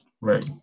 right